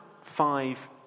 five